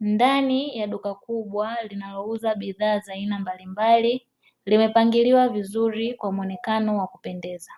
Ndani ya duka kubwa linalouza bidhaa za aina mbalimbali limepangiliwa vizuri kwa muonekano wa kupendeza,